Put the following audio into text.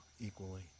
equally